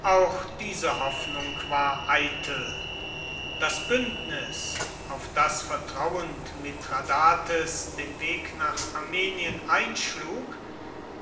auch diese hoffnung war eitel das bündnis auf das vertrauend mithradates den weg nach armenien einschlug